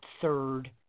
third